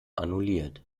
annulliert